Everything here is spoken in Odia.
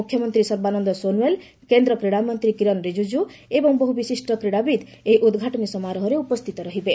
ମୁଖ୍ୟମନ୍ତ୍ରୀ ସର୍ବାନନ୍ଦ ସୋନୋୱାଲ୍ କେନ୍ଦ୍ର କ୍ରୀଡ଼ା ମନ୍ତ୍ରୀ କିରନ୍ ରିଜିଜୁ ଏବଂ ବହୁ ବିଶିଷ୍ଣ କ୍ରିଡ଼ାବିତ୍ ଏହି ଉଦ୍ଘାଟନୀ ସମାରୋହରେ ଉପସ୍ଥିତ ରହିବେ